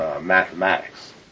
mathematics